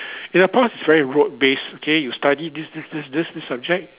in the past very rote based okay you study this this this this subject